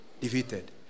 defeated